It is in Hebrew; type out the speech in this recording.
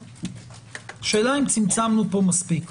השאלה אם צמצמנו פה מספיק.